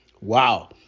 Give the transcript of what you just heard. Wow